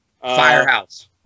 Firehouse